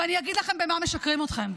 ואני אגיד לכם במה משקרים לכם.